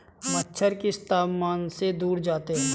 मच्छर किस तापमान से दूर जाते हैं?